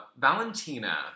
Valentina